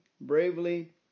bravely